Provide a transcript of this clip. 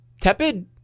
tepid